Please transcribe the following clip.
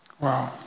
Wow